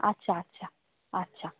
আচ্ছা আচ্ছা আচ্ছা